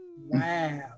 Wow